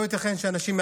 לא ייתכן שיש